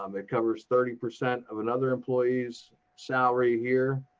um it covers thirty percent of another employee's's salary here,